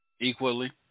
equally